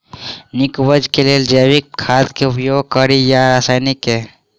नीक उपज केँ लेल जैविक खाद केँ उपयोग कड़ी या रासायनिक केँ?